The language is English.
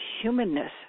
humanness